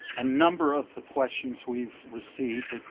a number of the questions we've received.